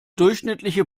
durchschnittliche